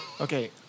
Okay